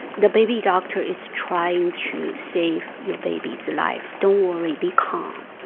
the baby doctor is trying to save your baby's life. don't worry. be calm